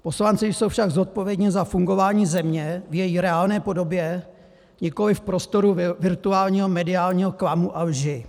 Poslanci jsou však zodpovědni za fungování země v její reálné podobě, nikoliv v prostoru virtuálního mediálního klamu a lži.